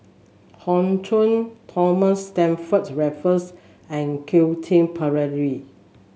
Hoey Choo Thomas Stamford Raffles and Quentin Pereira